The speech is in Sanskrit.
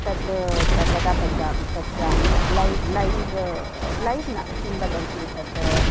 तद् सर्वदा पश्यामि पश्यामि लैव् लैव् लैव् न किं वदन्ति तद्